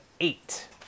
eight